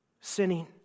sinning